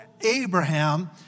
Abraham